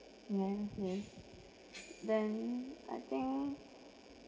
yes yes then I think